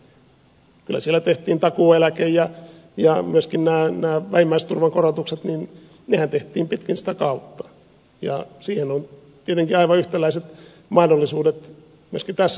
kyllä siellä tehtiin takuueläke ja myöskin nämä vähimmäisturvan korotukset pitkin sitä kautta ja siihen on tietenkin aivan yhtäläiset mahdollisuudet myöskin tässä tapauksessa